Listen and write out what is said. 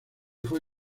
fue